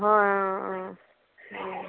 হয় অঁ অঁ